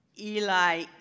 Eli